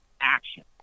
action